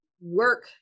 work